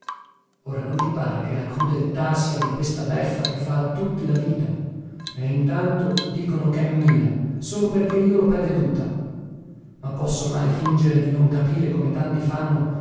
ora non ti pare che la crudeltà sia di questa beffa che fa a tutti la vita e intanto dicono ch'è mia solo perché io l'ho preveduta ma posso mai fingere di non capire come tanti fanno